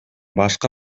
башкы